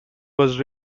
was